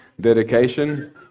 Dedication